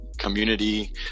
community